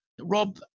Rob